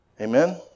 Amen